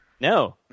No